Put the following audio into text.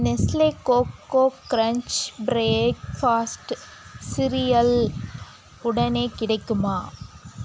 Nestle coco crunch breakfast cereal உடனே கிடைக்குமா